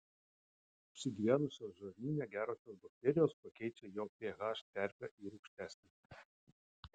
apsigyvenusios žarnyne gerosios bakterijos pakeičia jo ph terpę į rūgštesnę